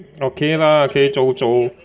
okay lah gei zou zou